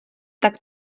tak